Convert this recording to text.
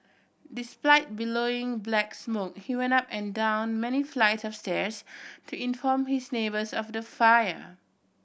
despite billowing black smoke he went up and down many flights of stairs to inform his neighbours of the fire